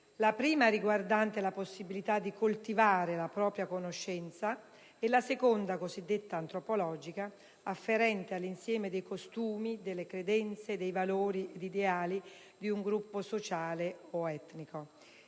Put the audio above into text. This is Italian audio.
la prima riguardante la possibilità di coltivare la propria conoscenza e la seconda, cosiddetta antropologica, afferente all'insieme dei costumi, delle credenze, dei valori ed ideali di un gruppo sociale o etnico.